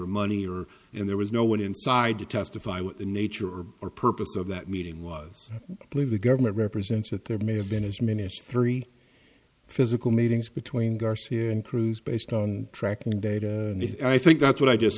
or money or and there was no one inside to testify what the nature or or purpose of that meeting was played the government represents that there may have been as many as three physical meetings between garcia and cruz based on tracking data and i think that's what i just